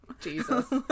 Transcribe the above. Jesus